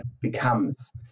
becomes